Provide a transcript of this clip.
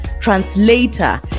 translator